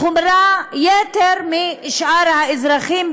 בחומרת יתר משאר האזרחים,